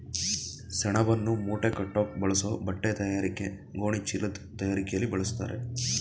ಸೆಣಬನ್ನು ಮೂಟೆಕಟ್ಟೋಕ್ ಬಳಸೋ ಬಟ್ಟೆತಯಾರಿಕೆ ಗೋಣಿಚೀಲದ್ ತಯಾರಿಕೆಲಿ ಬಳಸ್ತಾರೆ